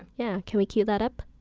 yeah can we cue that up?